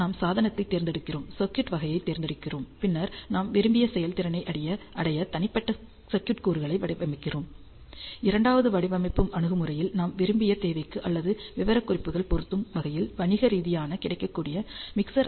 நாம் சாதனத்தைத் தேர்ந்தெடுக்கிறோம் சர்க்யூட் வகையைத் தேர்ந்தெடுக்கிறோம் பின்னர் நாம் விரும்பிய செயல்திறனை அடைய தனிப்பட்ட சர்க்யூட் கூறுகளை வடிவமைக்கிறோம் இரண்டாவது வடிவமைப்பு அணுகுமுறையில் நாம் விரும்பிய தேவைக்கு அல்லது விவரக்குறிப்புகள் பொருந்தும் வகையில் வணிக ரீதியாக கிடைக்கக்கூடிய மிக்சர் ஐ